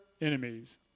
enemies